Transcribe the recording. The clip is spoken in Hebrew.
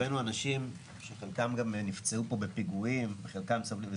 הבאנו אנשים שחלקם גם נפצעו פה בפיגועים וחלקם סובלים.